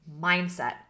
mindset